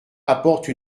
apporte